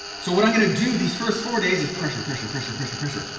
so what i'm going to do these first four days is pressure, pressure, pressure, pressure, pressure.